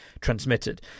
transmitted